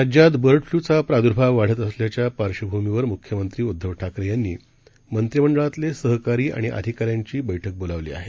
राज्यात बर्ड फ्ल्यूचा प्रादुर्भाव वाढत असल्याच्या पार्श्वभूमीवर मुख्यमत्री उद्धव ठाकरे यांनी मंत्रीमंडळातले सहकारी आणि अधिकाऱ्यांची बैठक बोलावली आहे